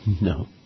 No